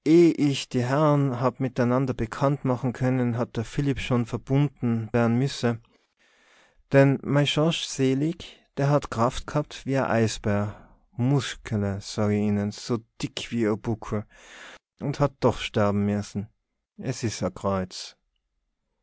ich die herrn habb mitenanner bekannt mache könne hat der philipp schonn verbunde wer'n misse dann mei schorsch selig der hat kraft gehabt wie e eisbär muskele sag ich ihne so dick wie ihr buckel unn hat doch schderwe misse es is e